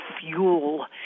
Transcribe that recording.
fuel